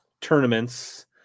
tournaments